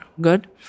good